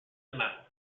medal